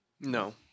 No